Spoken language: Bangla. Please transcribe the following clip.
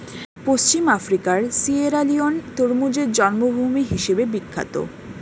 পশ্চিম আফ্রিকার সিয়েরালিওন তরমুজের জন্মভূমি হিসেবে বিখ্যাত